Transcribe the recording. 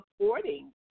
supporting